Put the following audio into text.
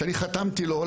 שאני חתמתי לו,